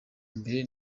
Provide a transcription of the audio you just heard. mbere